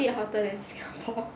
is it hotter than singapore